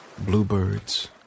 Bluebirds